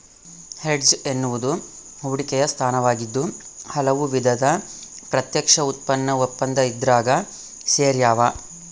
hedge ಎನ್ನುವುದು ಹೂಡಿಕೆಯ ಸ್ಥಾನವಾಗಿದ್ದು ಹಲವು ವಿಧದ ಪ್ರತ್ಯಕ್ಷ ಉತ್ಪನ್ನ ಒಪ್ಪಂದ ಇದ್ರಾಗ ಸೇರ್ಯಾವ